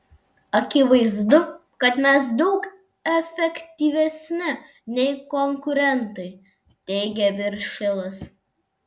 akivaizdu kad mes daug efektyvesni nei konkurentai teigia viršilas